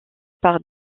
par